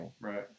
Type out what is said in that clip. Right